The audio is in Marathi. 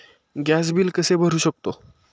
गॅस बिल कसे भरू शकतो?